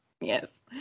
Yes